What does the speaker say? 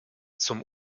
zum